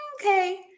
okay